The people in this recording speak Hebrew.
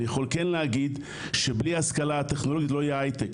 אני יכול כן להגיד שבלי השכלה טכנולוגית לא יהיה הייטק,